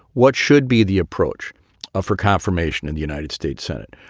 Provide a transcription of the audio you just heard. what should be the approach of her confirmation in the united states senate?